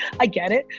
i get it,